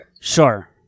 Sure